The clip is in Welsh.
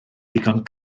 ddigon